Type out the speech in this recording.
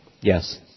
Yes